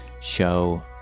show